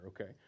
okay